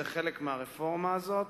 זה חלק מהרפורמה הזאת,